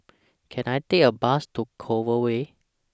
Can I Take A Bus to Clover Way